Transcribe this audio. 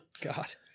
god